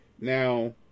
Now